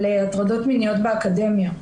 על הטרדות מיניות באקדמיה.